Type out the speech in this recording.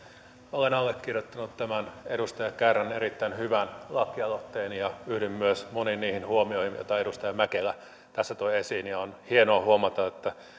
olen allekirjoittanut tämän edustaja kärnän erittäin hyvän lakialoitteen ja yhdyn myös moniin niihin huomioihin joita edustaja mäkelä tässä toi esiin on hienoa huomata että